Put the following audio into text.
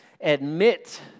Admit